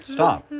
Stop